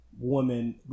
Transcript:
woman